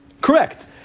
Correct